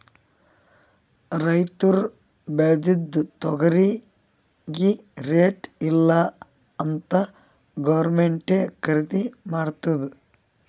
ರೈತುರ್ ಬೇಳ್ದಿದು ತೊಗರಿಗಿ ರೇಟ್ ಇಲ್ಲ ಅಂತ್ ಗೌರ್ಮೆಂಟೇ ಖರ್ದಿ ಮಾಡ್ತುದ್